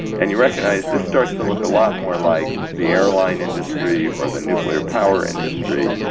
and you recognize this starts to look a lot more like the airline industry or the nuclear power industry,